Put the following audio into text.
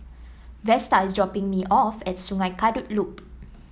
Vesta is dropping me off at Sungei Kadut Loop